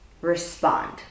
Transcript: respond